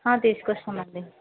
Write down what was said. తీసుకొస్తాం అండి